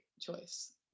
choice